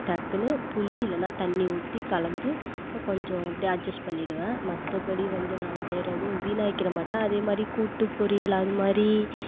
டக்குன்னு புளி இல்லைனா தண்ணி ஊற்றி கலந்து கொஞ்சம் அப்படியே அட்ஜெஸ்ட் பண்ணிடுவேன் மற்றபடி வந்து நான் வேறு எதுவும் வீணாக்கிற மாட்டேன் அதே மாதிரி கூட்டு பொரியல் அது மாதிரி